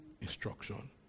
instruction